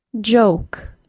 Joke